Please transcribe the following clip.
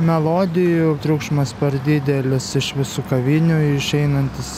melodijų triukšmas per didelis iš visų kavinių išeinantis